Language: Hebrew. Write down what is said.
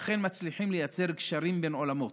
ואכן מצליחים לייצר גשרים בין עולמות.